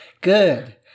Good